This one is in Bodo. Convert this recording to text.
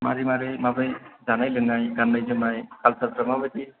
मारै मारै माबोरै जानाय लोंनाय गाननाय जोमनाय कालसारफ्रा माबादि